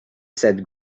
said